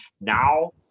Now